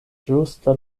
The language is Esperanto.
ĝusta